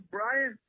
Brian